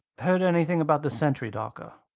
heard anything about the centry, dawker?